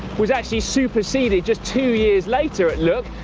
was actually superseded just two years later at look,